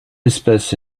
espèce